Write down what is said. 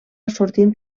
sortint